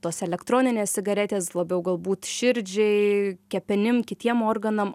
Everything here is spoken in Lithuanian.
tos elektroninės cigaretės labiau galbūt širdžiai kepenim kitiem organam